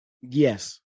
Yes